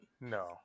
No